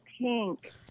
pink